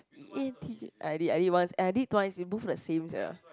eh did I did I did once eh I did twice they both the same sia